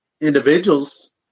individuals